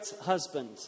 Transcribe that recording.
husband